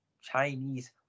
Chinese